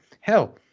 Hell